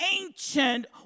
ancient